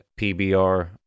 PBR